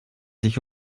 sich